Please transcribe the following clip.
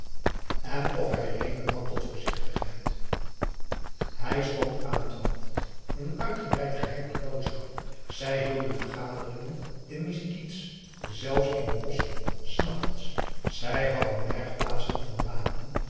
en f hij reden had tot voorzichtigheid hij stond aan het hoofd van een uitgebreid geheim genootschap zij hielden vergaderingen in missigits zelfs in de bosschen s nachts zij hadden bergplaatsen van wapenen